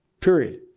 Period